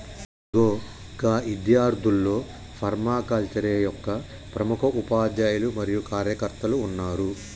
ఇగో గా ఇద్యార్థుల్లో ఫర్మాకల్చరే యొక్క ప్రముఖ ఉపాధ్యాయులు మరియు కార్యకర్తలు ఉన్నారు